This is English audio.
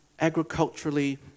agriculturally